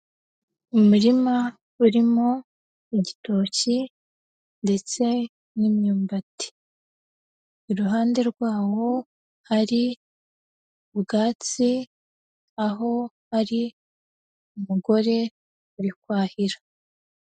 Umuririma urimo igitoki ndetse n'imyumbati. Iruhande rwawo, hari ubwatsi aho ari umugore uri kwahira.